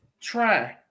try